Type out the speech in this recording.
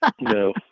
No